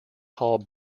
hall